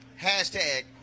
Hashtag